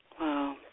Wow